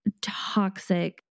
toxic